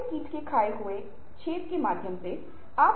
संचार में मूल शैली का मतलब क्या है